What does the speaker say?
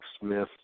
Smith